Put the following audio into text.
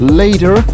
later